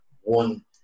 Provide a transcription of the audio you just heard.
one